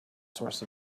source